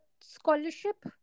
scholarship